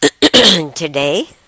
Today